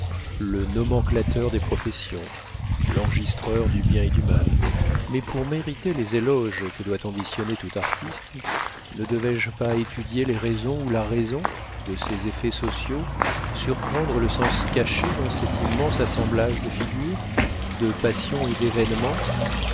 le nomenclateur des professions l'enregistreur du bien et du mal mais pour mériter les éloges que doit ambitionner tout artiste ne devais-je pas étudier les raisons ou la raison de ces effets sociaux surprendre le sens caché dans cet immense assemblage de figures de passions et d'événements